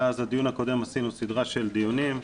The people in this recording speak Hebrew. מאז הדיון הקודם עשינו סדרה של דיונים,